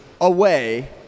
away